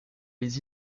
les